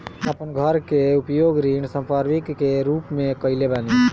हम अपन घर के उपयोग ऋण संपार्श्विक के रूप में कईले बानी